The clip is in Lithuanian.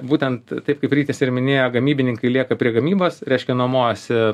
būtent taip kaip rytis ir minėjo gamybininkai lieka prie gamybos reiškia nuomojasi